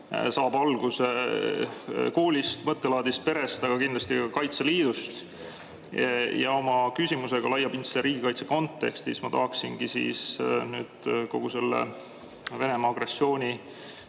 saab alguse koolist, mõttelaadist, perest, aga kindlasti ka Kaitseliidust. Oma küsimusega laiapindse riigikaitse kontekstis ma tahaksingi kogu selle Venemaa agressioonisõja,